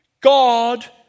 God